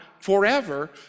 forever